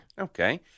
okay